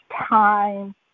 time